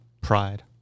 Pride